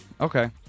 Okay